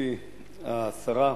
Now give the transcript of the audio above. מכובדתי השרה,